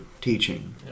teaching